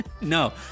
No